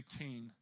18